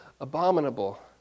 abominable